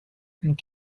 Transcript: and